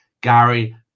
Gary